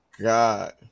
God